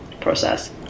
process